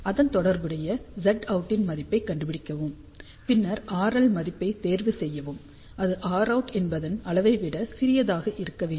அதன் தொடர்புடைய Zout ன் மதிப்பைக் கண்டுபிடிக்கவும் பின்னர் RL மதிப்பை தேர்வுசெய்யவும் அது Rout என்பதன் அளவைவிட சிறியதாக இருக்க வேண்டும்